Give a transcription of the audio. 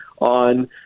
on